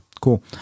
cool